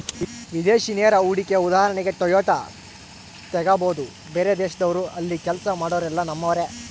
ವಿದೇಶಿ ನೇರ ಹೂಡಿಕೆಯ ಉದಾಹರಣೆಗೆ ಟೊಯೋಟಾ ತೆಗಬೊದು, ಬೇರೆದೇಶದವ್ರು ಅಲ್ಲಿ ಕೆಲ್ಸ ಮಾಡೊರೆಲ್ಲ ನಮ್ಮರೇ